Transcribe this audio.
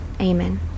amen